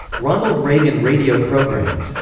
ronald reagan radio programs.